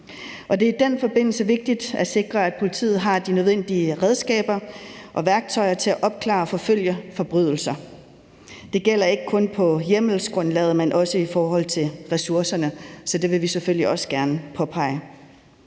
det er i den forbindelse vigtigt at sikre, at politiet har de nødvendige redskaber og værktøjer til at opklare og forfølge forbrydelser. Det gælder ikke kun på hjemmelsgrundlaget, men også i forhold til ressourcerne, så det vil vi selvfølgelig også gerne påpege.